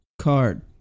Card